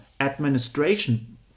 administration